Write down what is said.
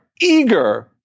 eager